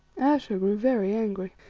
ayesha grew very angry.